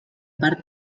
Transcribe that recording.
part